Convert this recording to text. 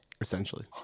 Essentially